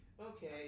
Okay